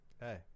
Hey